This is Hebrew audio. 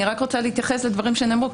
אני רק רוצה להתייחס לדברים שנאמרו,